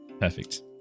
Perfect